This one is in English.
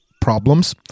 problems